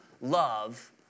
love